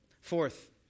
Fourth